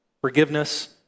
forgiveness